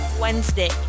Wednesday